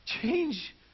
Change